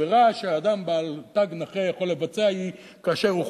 עבירה שאדם בעל תג נכה יכול לבצע היא כאשר הוא